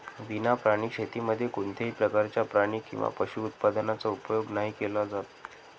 विना प्राणी शेतीमध्ये कोणत्याही प्रकारच्या प्राणी किंवा पशु उत्पादनाचा उपयोग नाही केला जात